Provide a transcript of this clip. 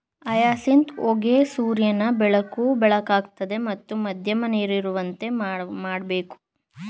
hyacinth ಹೂಗೆ ಸೂರ್ಯನ ಬೆಳಕು ಬೇಕಾಗ್ತದೆ ಮತ್ತು ಮಧ್ಯಮ ನೀರಿರುವಂತೆ ಮಾಡ್ಬೇಕು